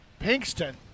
Pinkston